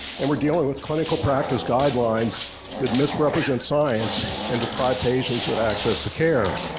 and we're dealing with clinical practice guidelines that misrepresent science and deprive patients with access to care.